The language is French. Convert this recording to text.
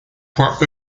points